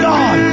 God